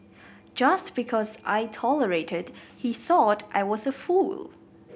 just because I tolerated he thought I was a fool